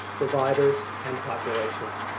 providers and populations.